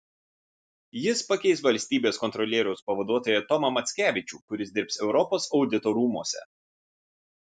jis pakeis valstybės kontrolieriaus pavaduotoją tomą mackevičių kuris dirbs europos audito rūmuose